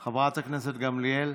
גמליאל,